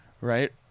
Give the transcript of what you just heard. Right